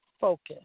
focus